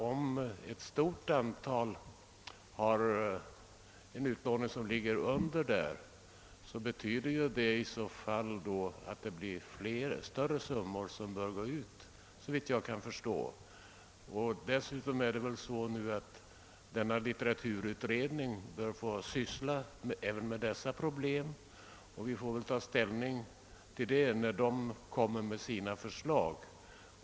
Om ett stort antal författare har en utlåning som ligger under den nuvarande första avtrappningsgränsen, skulle ändringen såvitt jag kan förstå betyda att större summor skulle utgå. Dessutom bör väl litteraturutredningen få arbeta även med dessa problem. Vi får väl när den framlägger sina förslag ta ställning till dessa.